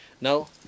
Now